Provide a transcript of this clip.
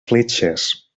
fletxes